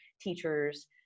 teachers